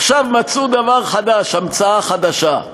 עכשיו מצאו דבר חדש, המצאה חדשה: